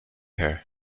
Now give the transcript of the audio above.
her